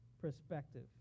perspective